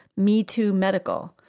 MeTooMedical